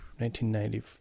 1990